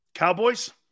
Cowboys